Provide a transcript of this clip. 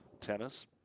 Tennis